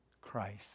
Christ